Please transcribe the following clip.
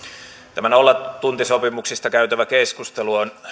tämä nollatuntisopimuksista käytävä keskustelu on